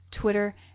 Twitter